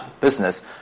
business